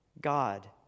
God